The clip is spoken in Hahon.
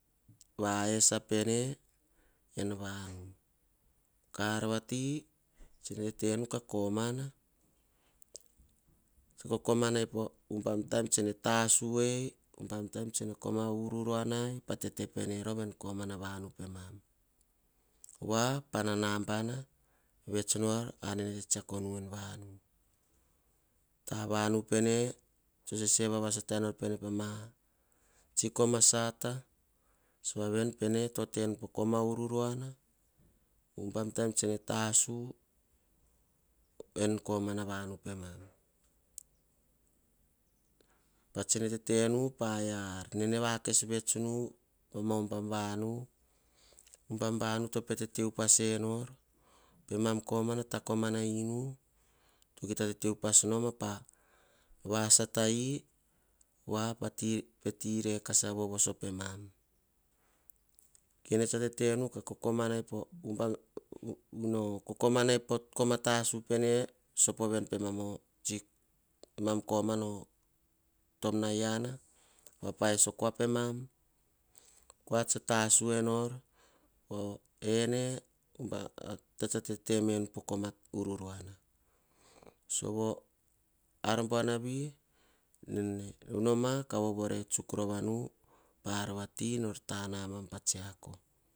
Vaesa pene en vanu ka ar vati tsene tenu kakomana kokomanai po hubam taim tsene tasu ehi. Hubam taim tsene komana ururunai pa tete pemam en vanu. voa pa na nabana vets voa nor en vanu. Tavanu pene to sese vavasata enor pene pama tsi koma sata sava vene pene to tevenu o koma ururuana. Hubam taim tsene tasus en komana vanu pemam kes vets tavanu. Tsa tsoe ar buanavi kara natare pova. Pa tsara ra kes nas kia nora tivati po kain tabuanavi peara tsa poka kai8n ar buanavi.